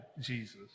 Jesus